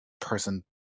person